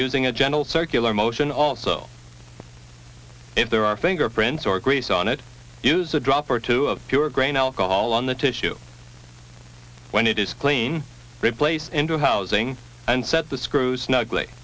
using a gentle circular motion also if there are fingerprints or grease on it use a drop or two of your grain alcohol on the tissue when it is clean replace into housing and set the screws snugly